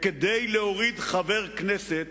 וכדי להוריד חבר כנסת